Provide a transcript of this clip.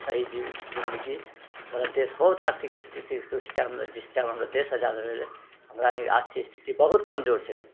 सही जि जिन्दगी मेरा देश बहुत आर्थिक स्थिति उस टाइम जिस टाइम हमर देश आजाद भेलै हमरा आओरके आर्थिक स्थिति बहुत कमजोर छलै